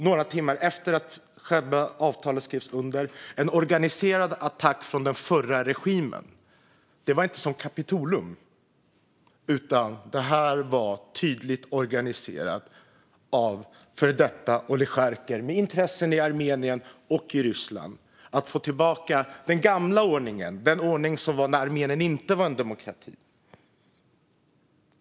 Några timmar efter att själva avtalet skrevs under såg vi en organiserad attack från den förra regimen. Det var inte som i Kapitolium, utan detta var tydligt organiserat av före detta oligarker med intressen i Armenien och i Ryssland för att få tillbaka den gamla ordningen, den ordning som var när Armenien inte var en demokrati.